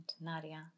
Nadia